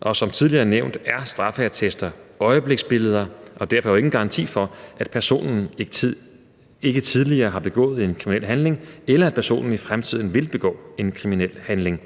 Og som tidligere nævnt er straffeattester øjebliksbilleder og er derfor ingen garanti for, at personen ikke tidligere har begået en kriminel handling, eller at personen ikke i fremtiden vil begå en kriminel handling.